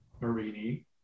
Marini